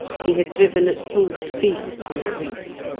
he had driven at full speed on a reef.